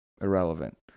irrelevant